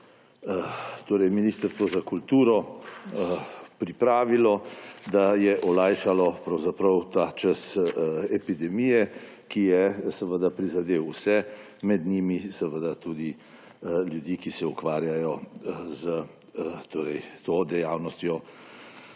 Ministrstvo za kulturo pripravilo, da je olajšalo pravzaprav ta čas epidemije, ki je prizadela vse, med njimi seveda tudi ljudi, ki se ukvarjajo s to dejavnostjo,